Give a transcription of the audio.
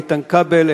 איתן כבל,